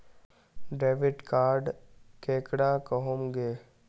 Debit card केकरा कहुम छे?